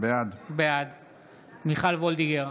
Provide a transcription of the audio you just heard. בעד מיכל מרים וולדיגר,